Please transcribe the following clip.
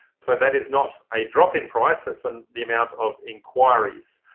so that is not a drop in price, that's and the amount of inquiries.